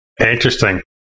Interesting